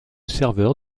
serveur